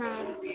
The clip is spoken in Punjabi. ਹਮ